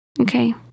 Okay